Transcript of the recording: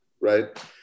right